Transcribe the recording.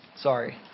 sorry